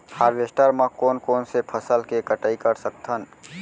Harvester म कोन कोन से फसल के कटाई कर सकथन?